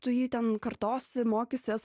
tu jį ten kartosi mokysies